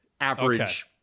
average